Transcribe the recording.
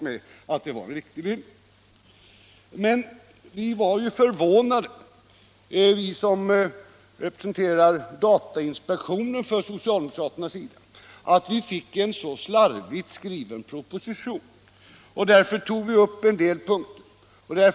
Men vi som representerar socialdemokraterna i datainspektionen blev förvånade över att vi fick en så slarvigt skriven proposition. Vi tog därför motionsvägen upp en del punkter i propositionen.